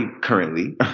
currently